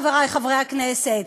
חברי חברי הכנסת,